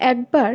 একবার